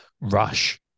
rush